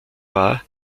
war